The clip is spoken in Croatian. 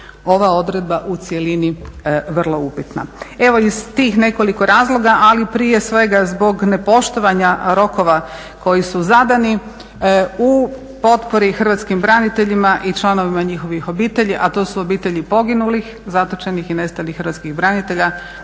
ova odredba u cjelini vrlo upitna. Evo iz tih nekoliko razloga, ali prije svega zbog nepoštovanja rokova koji su zadani, u potpori hrvatskim braniteljima i članovima njihovih obitelji, a to su obitelji poginulih, zatočenih i nestalih hrvatskih branitelja,